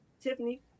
Tiffany